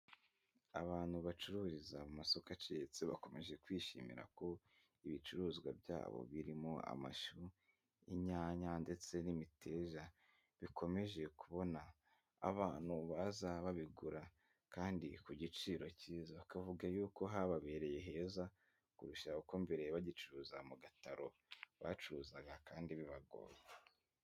Abantu bacururiza mu masoko aciriritse bakomeje kwishimira ko ibicuruzwa byabo birimo amashu, inyanya ndetse n'imiteja bikomeje kubona abantu baza babigura kandi ku giciro cyiza, bakavuga yuko hababereye heza kurusha uko mbere bagicuruza mu gataro bacuruzaga kandi bibagora.